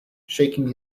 shaking